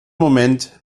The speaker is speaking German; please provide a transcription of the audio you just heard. moment